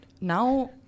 Now